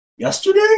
Yesterday